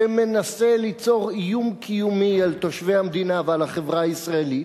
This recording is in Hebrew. שמנסה ליצור איום קיומי על תושבי המדינה ועל החברה הישראלית,